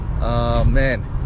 Man